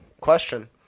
question